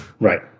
Right